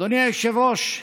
אדוני היושב-ראש,